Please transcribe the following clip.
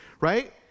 right